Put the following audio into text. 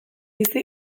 bizi